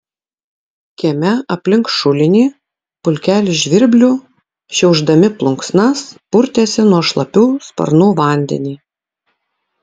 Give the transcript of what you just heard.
kieme aplink šulinį pulkelis žvirblių šiaušdami plunksnas purtėsi nuo šlapių sparnų vandenį